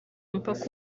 umupaka